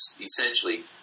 essentially